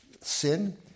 sin